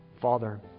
Father